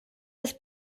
des